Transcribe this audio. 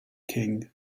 king